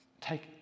take